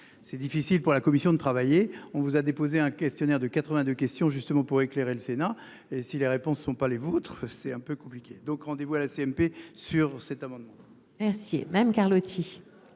C'est difficile pour la Commission de travailler. On vous a déposé un questionnaire de 82 question justement pour éclairer le Sénat et si les réponses ne sont pas les vôtres c'est un peu compliqué donc rendez-vous à la CMP sur cet amendement. Mercier même Carlotti